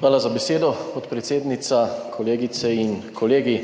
Hvala za besedo, podpredsednica. Kolegice in kolegi!